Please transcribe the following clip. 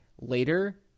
later